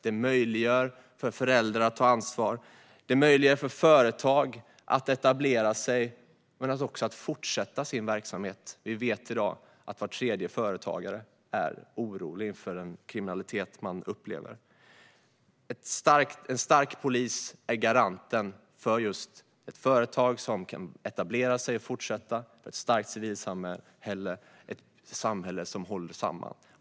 Det möjliggör för föräldrar att ta ansvar och möjliggör för företag att etablera sig men också att fortsätta sin verksamhet. Vi vet att var tredje företagare i dag är orolig för den kriminalitet man upplever. En stark polis är garanten för företag att etablera sig och fortsätta, för ett starkt civilsamhälle och ett samhälle som håller samman.